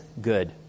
good